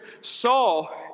Saul